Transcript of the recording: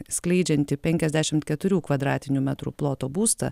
skleidžianti penkiasdešimt keturių kvadratinių metrų ploto būstą